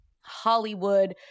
Hollywood